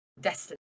destiny